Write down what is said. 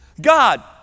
God